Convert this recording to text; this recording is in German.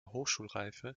hochschulreife